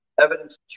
evidence